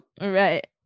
Right